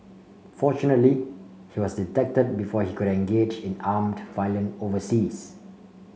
fortunately he was detected before he could engage in armed violence overseas